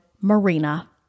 Marina